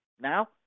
now